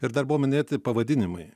ir dar buvo minėti pavadinimai